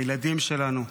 הילדים שלנו,